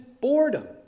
boredom